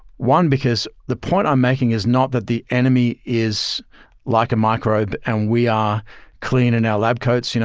one, because the point i'm making is not that the enemy is like of microbe and we are clean in our lab coats, you know